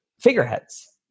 figureheads